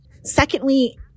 Secondly